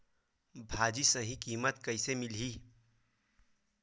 भाजी सही कीमत कइसे मिलही?